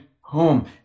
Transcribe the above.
home